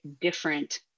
different